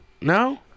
No